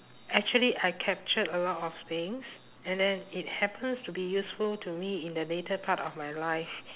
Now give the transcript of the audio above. actually I captured a lot of things and then it happens to be useful to me in the later part of my life